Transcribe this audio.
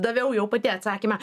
daviau jau pati atsakymą